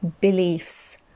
beliefs